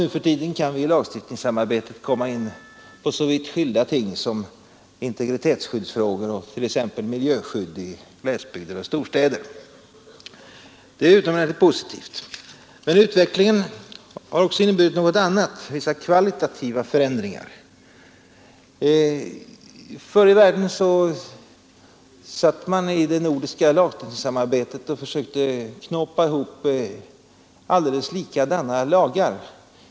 Nu för tiden kan vi i lagstiftningssamarbetet komma in på så vitt skilda ting som integritetsskyddsfrågor och miljöskydd i glesbygder och storstäder. Det är utomordentligt positivt. Men utvecklingen har också inneburit något annat: vissa kvalitativa förändringar. Förr i världen satt man i det nordiska lagstiftningssamarbetet och försökte knåpa ihop alldeles likadana lagar.